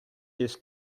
his